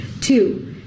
Two